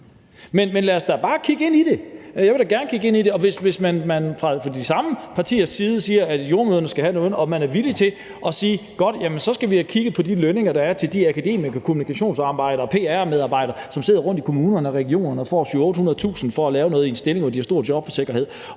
Men lad os da bare kigge ind i det. Jeg vil da gerne kigge ind i det, også hvis man fra de samme partiers side siger, at jordemødrene skal have noget, og man er villig til at sige: Godt, så skal vi have kigget på de lønninger, der er til de akademikere, kommunikationsmedarbejdere og pr-medarbejdere, som sidder rundtom i kommunerne og regionerne og får 700.000-800.000 for at lave noget i en stilling, hvor de har stor jobsikkerhed